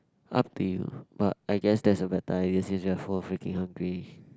up to you but I guess that's a better idea since you fools are freaking hungry